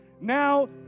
now